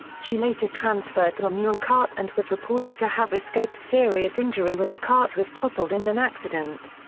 she later transferred to a mule cart and was reported to have escaped serious injury when the cart was toppled in an accident.